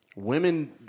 Women